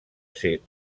ser